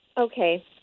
Okay